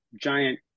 giant